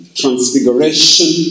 transfiguration